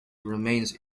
remains